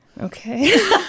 Okay